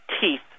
teeth